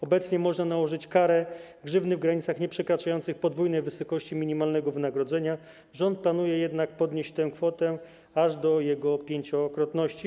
Obecnie można nałożyć karę grzywny w granicach nieprzekraczających podwójnej wysokości minimalnego wynagrodzenia, rząd planuje jednak podnieść tę kwotę aż do jego pięciokrotności.